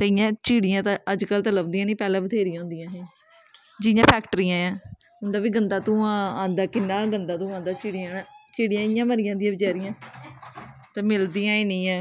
ते इयां चिड़ियां अज्ज कल ते लब्भदियां निं पैह्लें बथ्थेरियां होंदियां हां जियां फैक्ट्रियां ऐं उं'दा बी गंदा धूआं आंदा किन्ना गै गंदा धूआं आंदा चिड़ियां चिड़ियां इ'यां मरी जंदियां बचैरियां ते मिलदियां गै निं ऐ